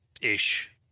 ish